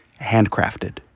handcrafted